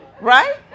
Right